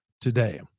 today